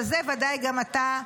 שזה ודאי גם אתה,